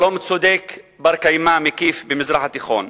שלום צודק, בר-קיימא, מקיף במזרח התיכון.